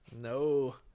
no